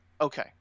Okay